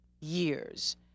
years